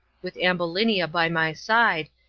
with ambulinia by my side,